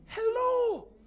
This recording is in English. Hello